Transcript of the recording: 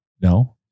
no